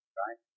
right